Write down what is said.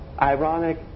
ironic